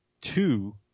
Two